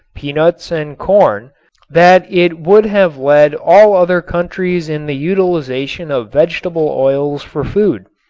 peanuts, and corn that it would have led all other countries in the utilization of vegetable oils for food.